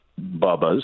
bubbas